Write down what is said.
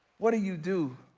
what do you do